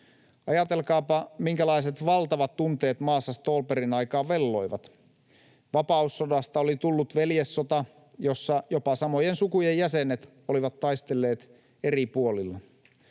Ajatelkaapa, minkälaiset valtavat tunteet maassa Ståhlbergin aikaan velloivat. Vapaussodasta oli tullut veljessota, jossa jopa samojen sukujen jäsenet olivat taistelleet eri puolilla.